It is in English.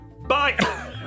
Bye